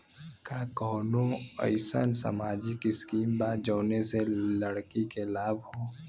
का कौनौ अईसन सामाजिक स्किम बा जौने से लड़की के लाभ हो?